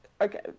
okay